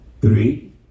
Three